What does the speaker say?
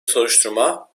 soruşturma